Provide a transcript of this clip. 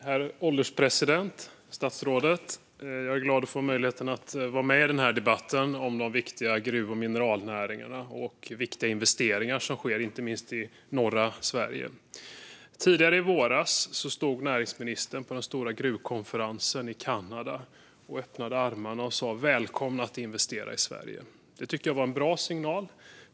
Herr ålderspresident och statsrådet! Jag är glad över möjligheten att vara med i denna debatt om de viktiga gruv och mineralnäringarna och de viktiga investeringar som sker inte minst i norra Sverige. Tidigare i våras stod näringsministern på den stora gruvkonferensen i Kanada med öppna armar och sa: Välkomna att investera i Sverige! Det tycker jag var en bra signal.